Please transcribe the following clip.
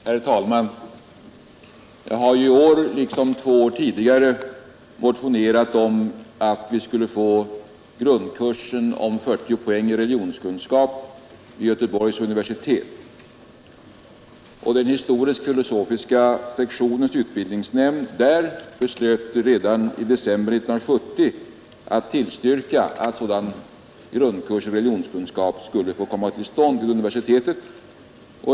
Herr talman! Jag har i år liksom två år tidigare motionerat att vi skulle få grundkursen om 40 poäng i religionskunskap till Göteborgs universitet. Den historisk-filosofiska sektionens utbildningsnämnd där beslöt i december 1970 att tillstyrka att en sådan grundkurs i religionskunskap skulle få komma till stånd vid universitetet.